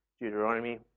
Deuteronomy